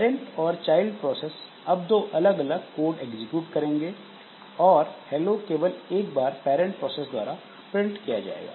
parent और child process अब दो अलग अलग कोड एग्जीक्यूट करेंगे और हेलो केवल एक बार पैरेंट प्रोसेस द्वारा प्रिंट किया जाएगा